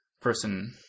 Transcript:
person